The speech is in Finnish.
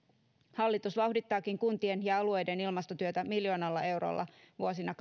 hallitus vauhdittaakin kuntien ja alueiden ilmastotyötä miljoonalla eurolla vuosina